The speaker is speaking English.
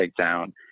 takedown